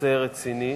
נושא רציני,